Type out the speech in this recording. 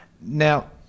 Now